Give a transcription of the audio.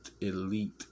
elite